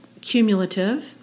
cumulative